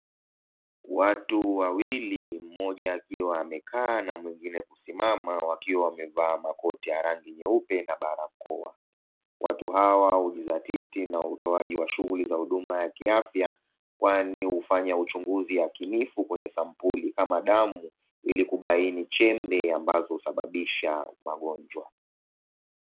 Watu wawili, mmoja akiwa amekaa na mwingine amesimama, wakiwa wamevaa makoti ya rangi nyeupe na barakoa. Watu hawa hujidhatiti na utoaji wa huduma za kiafya, kwani hufanya uchunguzi yakinifu wa sampuli ama damu ili kubaini chembe ambazo husambaza magonjwa.